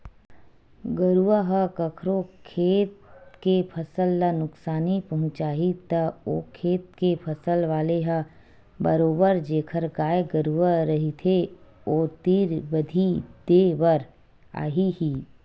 गरुवा ह कखरो खेत के फसल ल नुकसानी पहुँचाही त ओ खेत के फसल वाले ह बरोबर जेखर गाय गरुवा रहिथे ओ तीर बदी देय बर आही ही